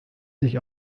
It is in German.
sich